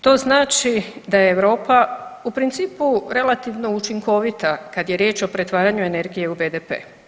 To znači da je Europa u principu relativno učinkovita kad je riječ o pretvaranju energije u BDP.